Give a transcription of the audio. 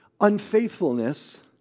unfaithfulness